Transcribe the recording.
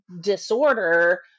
disorder